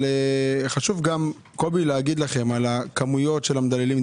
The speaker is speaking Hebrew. אבל חשוב גם קובי לומר לכם על הכמויות של המדללים,